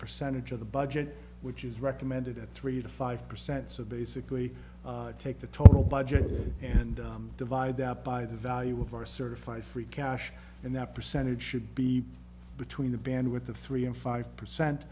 percentage of the budget which is recommended at three to five percent so basically take the total budget and divide that by the value of our certified free cash and that percentage should be between the band with the three and five percent